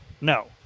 No